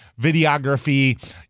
videography